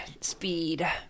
speed